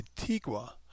Antigua